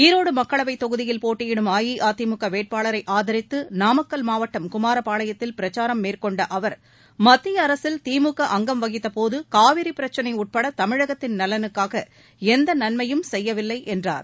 ஈரோடு மக்களவைத் தொகுதியில் போட்டியிடும் அஇஅதிமுக வேட்பாளரை ஆதரித்து நாமக்கல் மாவட்டம் குமாரபாளையத்தில் பிரச்சாரம் மேற்கொண்ட அவர் மத்திய அரசில் திமுக அங்கம் வகித்த போது காவிரி பிரச்னை உட்பட தமிழகத்தின் நலனுக்காக எந்த நன்மையும் செய்யவில்லை என்றார்